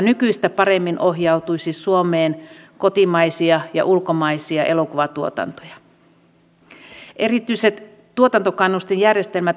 uskon että esimerkiksi edustajakollega alataloa harmittaa nanson trikootehtaan ulosliputtaminen suomesta